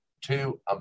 two